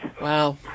Wow